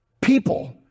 people